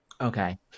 Okay